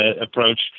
approach